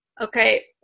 Okay